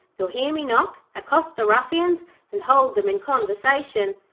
you will hear me knock, accost the ruffians and hold them in conversation.